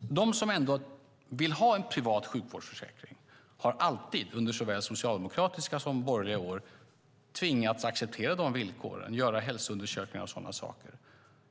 De som ändå vill ha privat sjukvårdsförsäkring har alltid, under såväl socialdemokratiska som borgerliga år, tvingats acceptera villkoren och göra hälsoundersökningar och sådana saker.